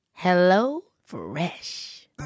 HelloFresh